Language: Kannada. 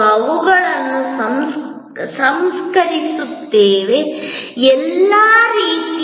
ಆದ್ದರಿಂದ ನಿಮ್ಮ ಮುಂದೆ ಇರುವ ಈ ಮೌಲ್ಯ ಸರಪಳಿ ಈ ಮೌಲ್ಯ ಸರಪಳಿಯ ಒಂದು ನಿರ್ದಿಷ್ಟ ವೈಶಿಷ್ಟ್ಯವನ್ನು ನೀವು ಗಮನಿಸಬೇಕು ಅಂದರೆ ಪ್ರತಿ ಹಂತದಲ್ಲೂ ಮಾಲೀಕತ್ವದ ವರ್ಗಾವಣೆ ಇರುತ್ತದೆ